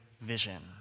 vision